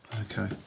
Okay